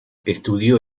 estudió